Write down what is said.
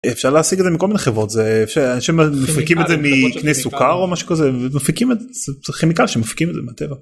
אפשר להשיג את זה מכל מיני חברות זה חושב מפיקים את זה מקנה סוכר או משהו כזה מפיקים את זה, זה כימיקל שמפיקים את זה מהטבע.